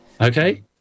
Okay